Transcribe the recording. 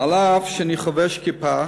אף שאני חובש כיפה